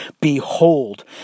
Behold